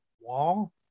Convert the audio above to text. wall